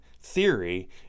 theory